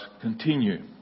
continue